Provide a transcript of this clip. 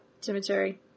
cemetery